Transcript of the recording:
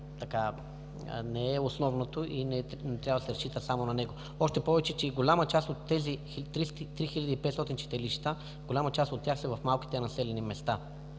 не е основното и не трябва да се разчита само на него, още повече, че и голяма част от тези 3500 читалища са в малките населени места.